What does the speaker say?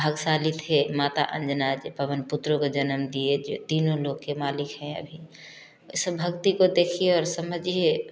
भाग्यशाली थे माता अंजना जो पवन पुत्र को जन्म दिए जो तीनों लोक के मालिक हैं अभी इस भक्ति को देखिए और समझिए